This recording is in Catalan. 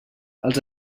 els